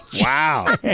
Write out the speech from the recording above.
Wow